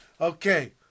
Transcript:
Okay